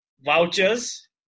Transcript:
vouchers